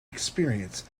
experience